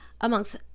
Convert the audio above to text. amongst